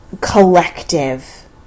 collective